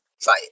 fight